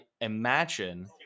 imagine